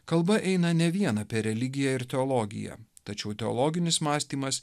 kalba eina ne vien apie religiją ir teologiją tačiau teologinis mąstymas